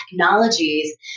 technologies